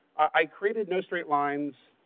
i created no straight lines